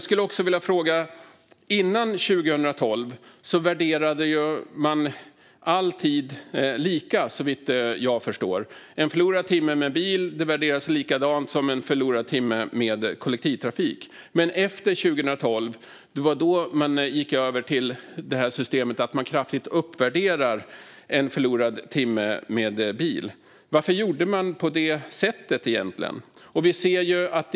Före 2012 värderade man all tid lika, såvitt jag förstår. En förlorad timme med bil värderades likadant som en förlorad timme med kollektivtrafik. Men 2012 gick man över till ett system där man kraftigt uppvärderar en förlorad timme med bil. Varför gjorde man på det sättet?